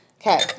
okay